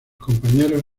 compañeros